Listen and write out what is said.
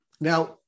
now